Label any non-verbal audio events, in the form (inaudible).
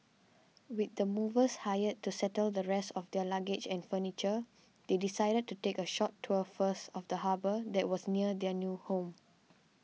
with the movers hired to settle the rest of their luggage and furniture (noise) they decided to take a short tour first of the harbour that was near their new home